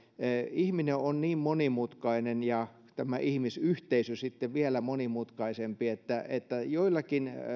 ihminen on niin monimutkainen ja tämä ihmisyhteisö sitten vielä monimutkaisempi että että joillakin